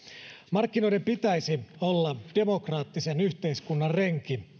markkinoiden pitäisi olla demokraattisen yhteiskunnan renki